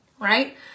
right